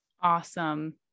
Awesome